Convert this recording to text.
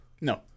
No